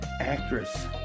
actress